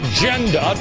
Agenda